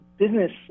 business